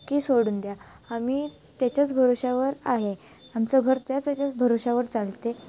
की सोडून द्या आम्ही त्याच्याच भरवशावर आहे आमचं घर त्याच ह्याच्याच भरवशावर चालते